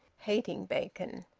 hating bacon.